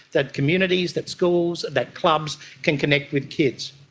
that communities, that schools, that clubs can connect with kids.